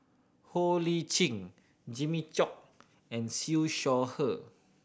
Ho Lee Jimmy Chok and Siew Shaw Her